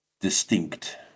distinct